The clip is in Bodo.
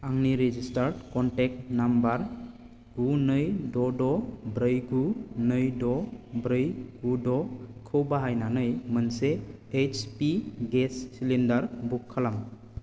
आंनि रेजिस्टार्ड कनटेक्ट नाम्बार गु नै द' द' ब्रै गु नै द' ब्रै गु द'खौ बाहायनानै मोनसे एइत्चपि गेस सिलिन्दार बुक खालाम